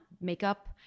makeup